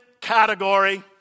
category